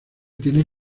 tienes